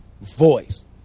voice